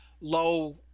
low